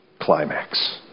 climax